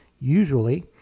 usually